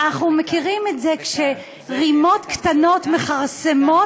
אנחנו מכירים את זה כשרימות קטנות מכרסמות,